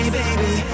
baby